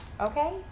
Okay